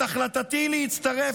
את החלטתי להצטרף,